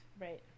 Right